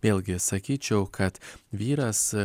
vėlgi sakyčiau kad vyras